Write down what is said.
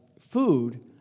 food